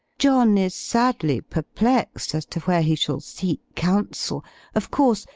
john is sadly perplexed as to where he shall seek counsel of course,